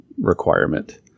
requirement